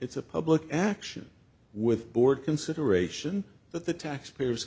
it's a public action with board consideration that the taxpayers